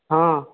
हँ